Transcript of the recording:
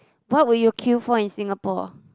what will you queue for in Singapore